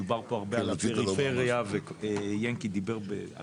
דובר פה הרבה על הפריפריה ויענקי דיבר על